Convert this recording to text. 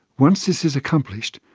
once this is accomplished,